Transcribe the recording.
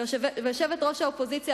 ויושבת-ראש האופוזיציה,